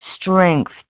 strength